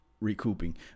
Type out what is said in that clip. recouping